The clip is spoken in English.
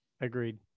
Agreed